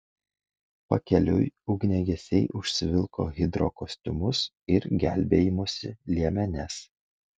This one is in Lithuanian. pakeliui ugniagesiai užsivilko hidrokostiumus ir gelbėjimosi liemenes